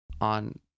on